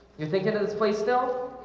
you're thinking of this place still